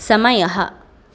समयः